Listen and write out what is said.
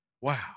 Wow